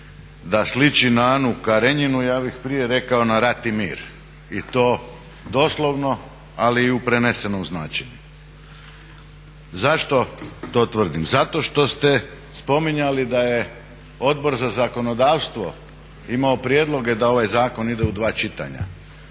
da sliči na Anu Karenjinu. Ja bih prije rekao na Rat i mir i to doslovno, ali i u prenesenom značenju. Zašto to tvrdim? Zato što ste spominjali da je Odbor za zakonodavstvo imao prijedloge da ovaj zakon ide u dva čitanja.